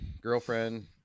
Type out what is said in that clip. girlfriend